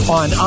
on